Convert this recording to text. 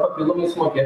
papildomai sumokėti